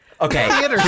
Okay